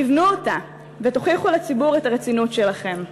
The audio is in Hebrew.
תבנו אותה, ותוכיחו לציבור את הרצינות שלכם.